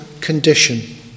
condition